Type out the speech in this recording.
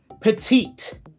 petite